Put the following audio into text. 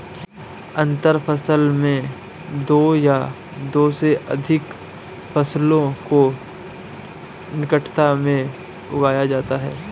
अंतर फसल में दो या दो से अघिक फसलों को निकटता में उगाया जाता है